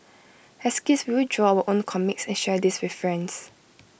as kids we would draw our own comics and share these with friends